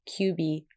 QB